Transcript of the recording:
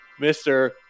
Mr